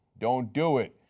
don't do it.